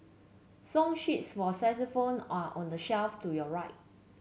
song sheets for xylophones are on the shelf to your right